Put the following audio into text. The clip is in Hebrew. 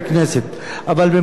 מן הדין ומן הצדק,